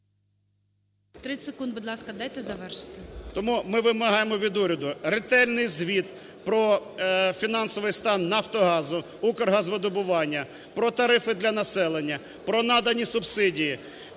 30 секунд, будь ласка, дайте завершити. БОНДАР В.В. Тому ми вимагаємо від уряду ретельний звіт про фінансовий стан "Нафтогазу", "Укргазвидобування", про тарифи для населення, про надані субсидії.